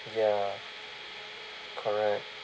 ya correct